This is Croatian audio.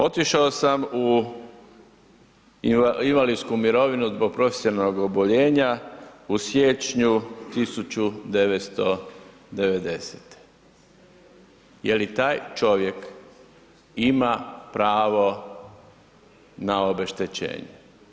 Otišao sam u invalidsku mirovinu zbog profesionalnog oboljenja u siječnju 1990., je li taj čovjek ima pravo na obeštećenje?